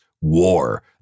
war